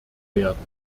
werden